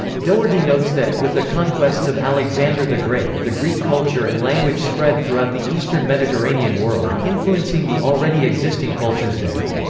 doherty notes that, with the conquests of alexander the great, the greek culture and language spread throughout the eastern mediterranean world, influencing the already existing cultures there.